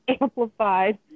amplified